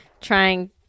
trying